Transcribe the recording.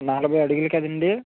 నాలగు అడుగులు కదండీ